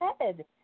head